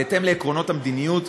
בהתאם לעקרונות המדיניות,